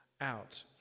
out